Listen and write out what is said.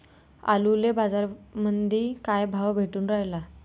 आलूले बाजारामंदी काय भाव भेटून रायला?